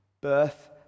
Birth